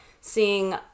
seeing